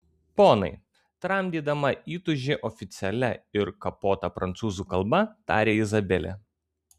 ponai tramdydama įtūžį oficialia ir kapota prancūzų kalba tarė izabelė